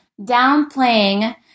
downplaying